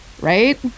Right